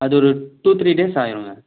அது ஒரு two three days ஆகிருங்க